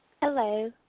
hello